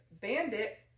Bandit